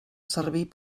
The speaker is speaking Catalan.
servir